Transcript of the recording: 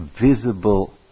visible